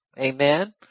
Amen